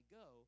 go